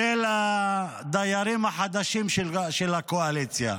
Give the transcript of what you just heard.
כולל הדיירים החדשים של הקואליציה,